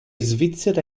svizzera